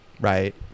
right